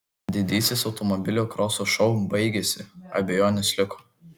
didysis automobilių kroso šou baigėsi abejonės liko